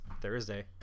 Thursday